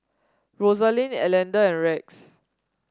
Rosalind Elder and Rex